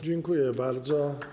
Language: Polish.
Dziękuję bardzo.